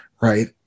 Right